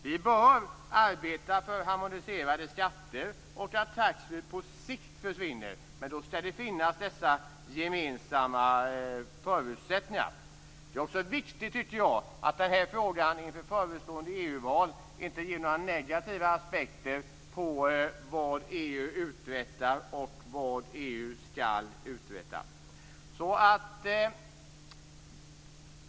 Vi bör arbeta för harmoniserade skatter och för att taxfree på sikt försvinner. Men då skall dessa gemensamma förutsättningar finnas. Det är också viktigt, tycker jag, att den här frågan inför förestående EU val inte gynnar negativa aspekter på vad EU uträttar och vad EU skall uträtta.